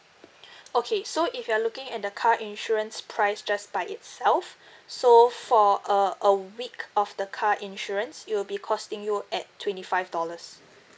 okay so if you're looking at the car insurance price just by itself so for a a week of the car insurance it'll be costing you at twenty five dollars